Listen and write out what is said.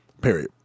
Period